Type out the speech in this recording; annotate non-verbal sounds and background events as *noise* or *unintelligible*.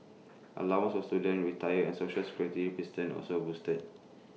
allowances for students retirees and Social Security *unintelligible* also boosted